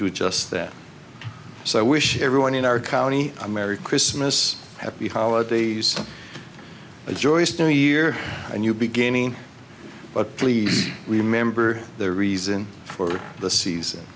do just that so i wish everyone in our county a merry christmas happy holidays a joyous new year a new beginning but please remember the reason for the season